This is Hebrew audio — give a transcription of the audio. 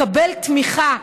לקבל תמיכה,